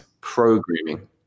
programming